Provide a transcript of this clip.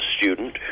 student